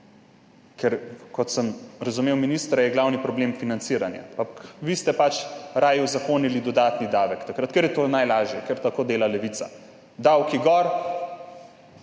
ker kot sem razumel ministra, je glavni problem financiranja, ampak vi ste pač raje uzakonili dodatni davek takrat, ker je to najlažje, ker tako dela Levica. Davki, gor